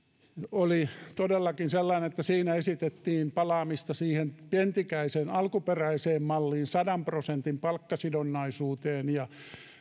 oli todellakin sellainen että siinä esitettiin palaamista siihen pentikäisen alkuperäiseen malliin sadan prosentin palkkasidonnaisuuteen ja